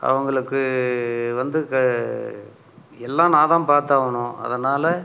அவங்களுக்கு வந்து க எல்லாம் நான்தான் பார்த்தாகணும் அதனால்